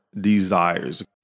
desires